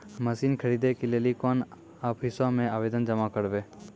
Machine खरीदै के लेली कोन आफिसों मे आवेदन जमा करवै?